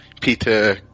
Peter